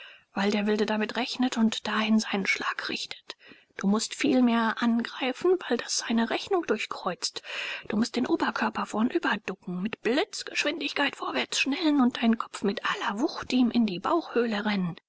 weil der wilde damit rechnet und dahin seinen schlag richtet du mußt vielmehr angreifen weil das seine rechnung durchkreuzt du mußt den oberkörper vornüber ducken mit blitzgeschwindigkeit vorwartsschnellen und deinen kopf mit aller wucht ihm in die bauchhöhle rennen